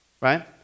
right